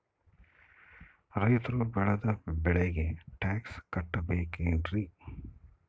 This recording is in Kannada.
ರೈತರು ಬೆಳೆದ ಬೆಳೆಗೆ ಟ್ಯಾಕ್ಸ್ ಕಟ್ಟಬೇಕೆನ್ರಿ?